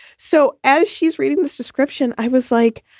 so as she's reading this description, i was like,